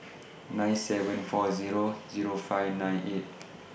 nine seven four Zero Zero five nine eight